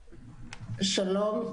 שלום.